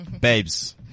Babes